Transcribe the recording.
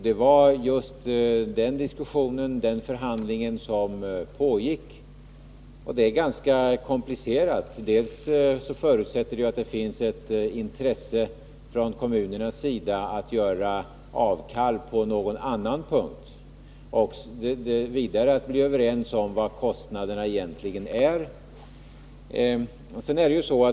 Det var just den diskussionen, den förhandlingen, som pågick. Detta är ganska komplicerat. Vi förutsätter dels att det finns ett intresse från kommunernas sida att göra avkall på någon annan punkt, dels att vi är överens om vilka kostnaderna egentligen är.